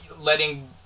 letting